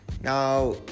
now